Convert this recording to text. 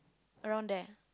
around there